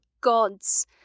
gods